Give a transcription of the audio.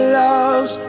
loves